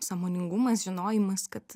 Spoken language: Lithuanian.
sąmoningumas žinojimas kad